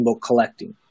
collecting